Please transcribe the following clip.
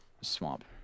swamp